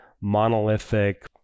monolithic